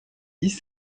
dix